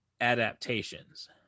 adaptations